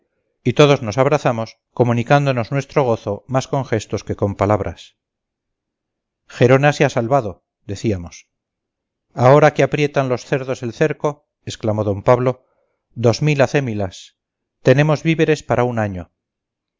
y todos nos abrazamos comunicándonos nuestro gozo más con gestos que con palabras gerona se ha salvado decíamos ahora que aprieten los cerdos el cerco exclamó d pablo dos mil acémilas tenemos víveres para un año